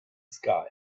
sky